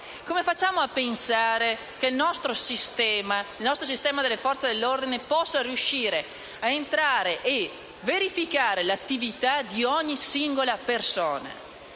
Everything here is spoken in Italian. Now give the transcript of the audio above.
Come possiamo pensare che il sistema delle Forze dell'ordine possa riuscire a verificare l'attività di ogni singola persona?